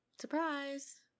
Surprise